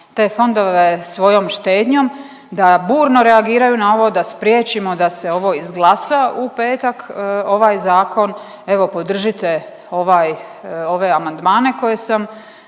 te fondove svojom štednjom da burno reagiraju na ovo da spriječimo da se ovo izglasa u petak ovaj zakon, evo podržite ove amandmane koje sam